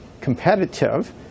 competitive